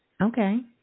Okay